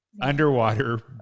underwater